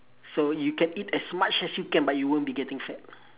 so you can eat as much as you can but you won't be getting fat